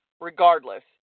regardless